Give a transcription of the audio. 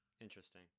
Interesting